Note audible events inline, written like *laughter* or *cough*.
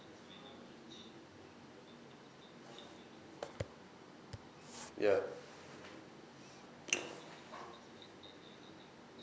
ya *noise*